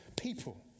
people